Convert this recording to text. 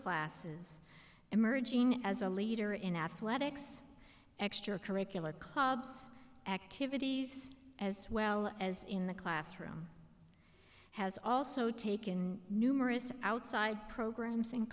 classes emerging as a leader in athletics extracurricular clubs activities as well as in the classroom has also taken numerous outside programs in